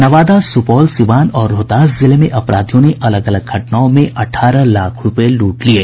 नवादा सुपौल सीवान और रोहतास जिले में अपराधियों ने अलग अलग घटनाओं में अठारह लाख रुपये लूट लिये